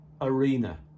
arena